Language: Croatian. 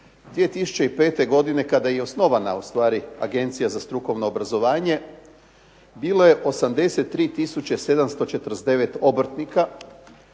2005. godine, kada je i osnovana ustvari Agencija za strukovno obrazovanje, bilo je 83 tisuće 749 obrtnika,